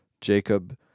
Jacob